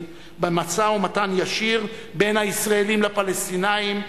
במשא-ומתן ישיר בין ישראל לבין הפלסטינים,